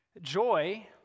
Joy